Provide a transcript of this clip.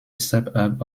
suburb